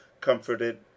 comforted